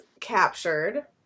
captured